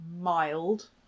mild